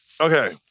Okay